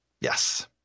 Yes